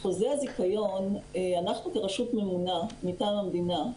חוזה הזיכיון, אנחנו כרשות ממונה מטעם המדינה,